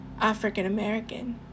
African-American